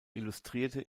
illustrierte